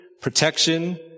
protection